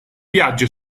viaggio